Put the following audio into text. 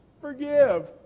forgive